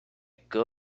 good